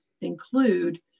include